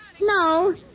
No